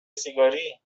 سیگاری